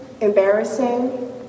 embarrassing